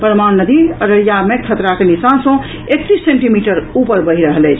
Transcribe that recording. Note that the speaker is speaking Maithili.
परमान नदी अररिया मे खतराक निशान सँ एकतीस सेंटीमीटर ऊपर बहि रहल अछि